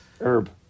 Herb